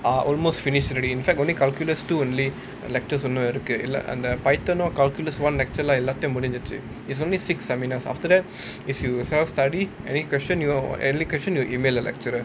are almost finished already in fact only calculus two only and lectures ஒன்னு இருக்கு அந்த:onnu irukku antha python all calculus one actual ah எல்லாத்தியும் முடிஞ்சிச்சு:ellaathiyum mudinchichu it's only six seminars after that it's you self study any question you don't know any question you email the lecturer